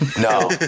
No